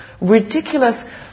ridiculous